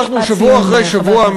אנחנו שבוע אחרי שבוע,